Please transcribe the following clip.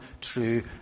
true